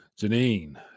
Janine